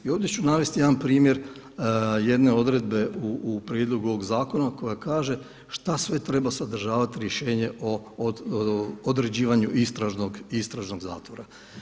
I ovdje ću navesti jedan primjer jedne odredbe u prijedlogu ovog zakona koja kaže šta sve treba sadržavati rješenje o određivanju istražnog zatvora.